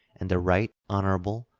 and the right hon.